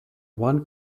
one